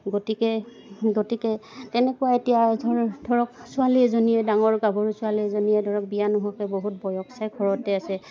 গতিকে গতিকে তেনেকুৱা এতিয়া ধৰক ছোৱালী এজনীয়ে ডাঙৰ গাভৰু ছোৱালী এজনীয়ে ধৰক বিয়া নোহোৱকে বহুত বয়স চাই ঘৰতে আছে